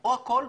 או הכל,